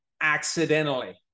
accidentally